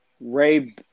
Ray